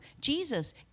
Jesus